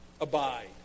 Abide